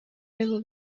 بگو